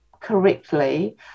correctly